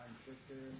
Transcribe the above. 2,000 שקלים?